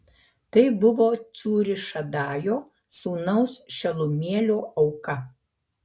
tai buvo cūrišadajo sūnaus šelumielio auka